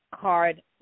card